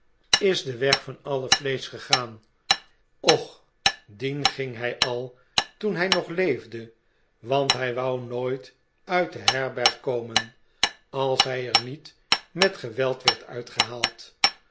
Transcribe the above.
is den weg van alle vleesch gegaan och dien ging hij al toen hij nog leefde want hij wou nooit uit de herberg komen als hij er niet met geweld werd uitgehaald